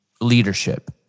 leadership